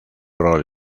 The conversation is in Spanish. rol